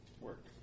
work